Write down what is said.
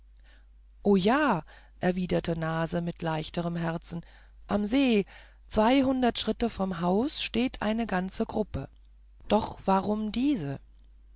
o ja erwiderte nase mit leichterem herzen am see zweihundert schritte vom haus steht eine ganze gruppe doch warum diese